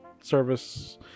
service